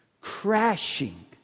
crashing